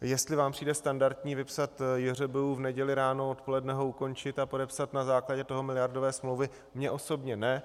Jestli vám přijde standardní vypsat JŘBU v neděli ráno, odpoledne ho ukončit a podepsat na základě toho miliardové smlouvy, mně osobně ne.